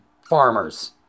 farmers